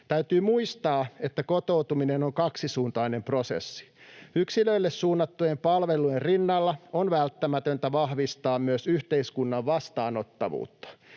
Täytyy muistaa, että kotoutuminen on kaksisuuntainen prosessi. Yksilöille suunnattujen palvelujen rinnalla on välttämätöntä vahvistaa myös yhteiskunnan vastaanottavuutta.